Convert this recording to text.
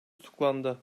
tutuklandı